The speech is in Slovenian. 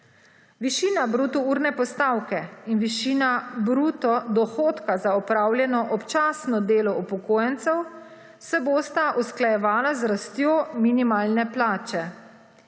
Višina bruto urne postavke in višina bruto dohodka za opravljeno občasno delo upokojencev se bosta usklajevala z rastjo minimalne plače.